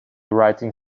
writing